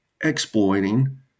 exploiting